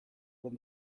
when